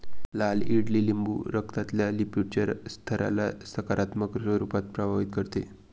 लाल ईडलिंबू रक्तातल्या लिपीडच्या स्तराला सकारात्मक स्वरूपात प्रभावित करते